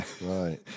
Right